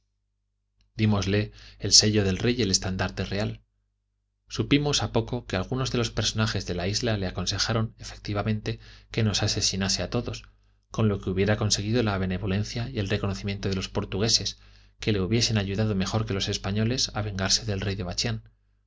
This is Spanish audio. dímosle el sello del rey y el estandarte real supimos a poco que algunos de los personajes de la isla le aconsejaron efectivamente que nos asesinase a todos con lo que hubiera conseguido la benevolencia y el reconocimiento de los portugueses que le hubiesen ayudado mejor que los españoles a vengarse del rey de